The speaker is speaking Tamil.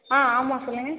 ஆ ஆமாம் சொல்லுங்கள்